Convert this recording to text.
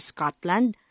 Scotland